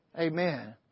Amen